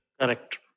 Correct